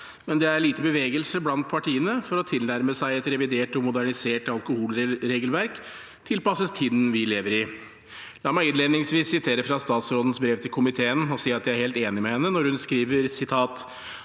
men det er lite bevegelse blant partiene for å tilnærme seg et revidert og modernisert alkoholregelverk tilpasset tiden vi lever i. La meg innledningsvis sitere fra statsrådens brev til komiteen og si at jeg er helt enig med henne når hun skriver: